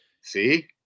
See